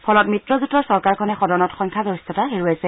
ফলত মিত্ৰজোঁটৰ চৰকাৰখনে সদনত সংখ্যাগৰিষ্ঠতা হেৰুৱাইছে